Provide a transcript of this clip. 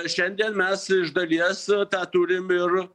šiandien mes iš dalies tą turim ir